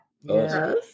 Yes